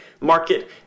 market